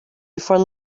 before